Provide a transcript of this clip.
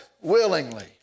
willingly